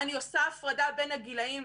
אני עושה הפרדה בין הגילים.